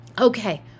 Okay